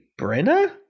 Brenna